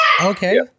okay